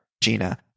Gina